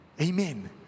Amen